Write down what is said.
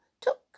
took